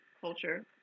culture